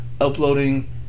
uploading